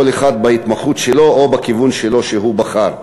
כל אחד בהתמחות שלו או בכיוון שהוא בחר.